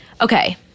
Okay